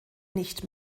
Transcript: nicht